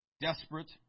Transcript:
Desperate